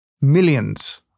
millions